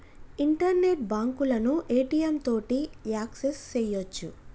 internet బాంకులను ATM తోటి access సెయ్యొచ్చు